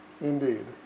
Indeed